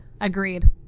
Agreed